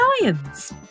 lions